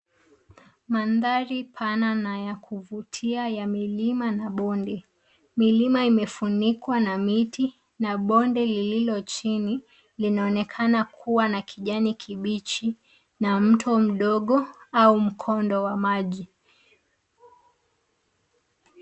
Mandhari pana na ya kuvutia ya milima na bonde. Milima imefunikwa na miti na bonde lililo chini linaonekana kuwa na kijani kibichi na mto mdogo au mkondo wa maji.